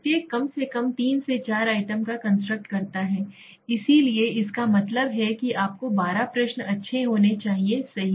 प्रत्येक कम से कम 3 से 4 आइटम का कंस्ट्रक्ट करता है इसलिए इसका मतलब है कि आपको 12 प्रश्न अच्छे होने चाहिए सही